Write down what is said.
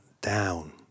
down